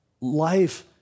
Life